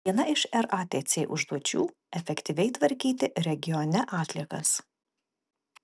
viena iš ratc užduočių efektyviai tvarkyti regione atliekas